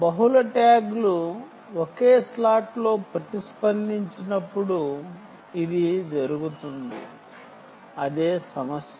multiple ట్యాగ్లు ఒకే స్లాట్లో ప్రతిస్పందించినప్పుడు ఇది జరుగుతుంది అదే సమస్య